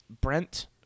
Brent –